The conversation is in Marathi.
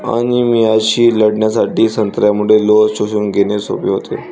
अनिमियाशी लढण्यासाठी संत्र्यामुळे लोह शोषून घेणे सोपे होते